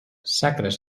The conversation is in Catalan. sacres